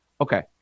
okay